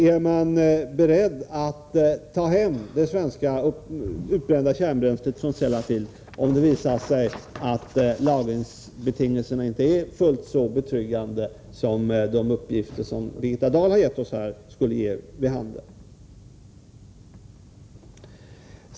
Är man beredd att ta hem det svenska utbrända kärnbränslet från Sellafield om det visar sig att lagringsbetingelserna inte är fullt så betryggande som de uppgifter som Birgitta Dahl har lämnat här ger vid handen?